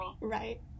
Right